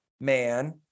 man